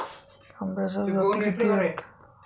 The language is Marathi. आंब्याच्या जाती किती आहेत?